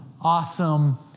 awesome